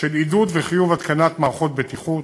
של עידוד וחיוב התקנת מערכות בטיחות,